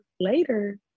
later